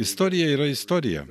istorija yra istorija